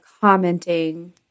commenting